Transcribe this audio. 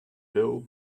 bill